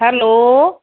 hello